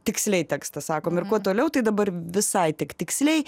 tiksliai tekstą sakom ir kuo toliau tai dabar visai tik tiksliai